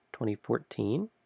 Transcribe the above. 2014